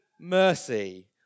mercy